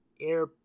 air